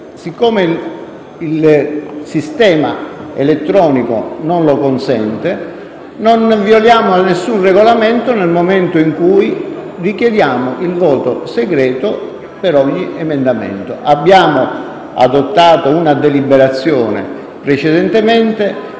Poiché il sistema elettronico non lo consente, non violiamo alcun Regolamento nel momento in cui richiediamo il voto segreto per ogni emendamento. Abbiamo adottato una deliberazione precedentemente,